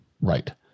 right